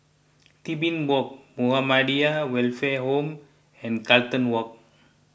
Tebing Walk Muhammadiyah Welfare Home and Carlton Walk